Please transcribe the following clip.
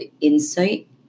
insight